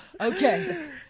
okay